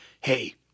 Hey